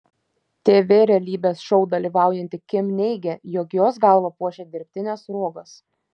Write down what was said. tv realybės šou dalyvaujanti kim neigia jog jos galvą puošia dirbtinės sruogos